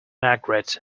margaret